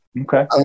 Okay